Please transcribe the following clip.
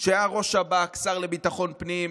שהיה ראש שב"כ, שר לביטחון פנים,